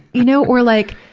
you know. or like,